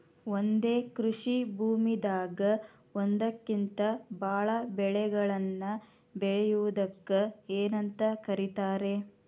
ಒಂದೇ ಕೃಷಿ ಭೂಮಿದಾಗ ಒಂದಕ್ಕಿಂತ ಭಾಳ ಬೆಳೆಗಳನ್ನ ಬೆಳೆಯುವುದಕ್ಕ ಏನಂತ ಕರಿತಾರೇ?